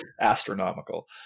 astronomical